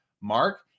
Mark